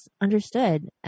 understood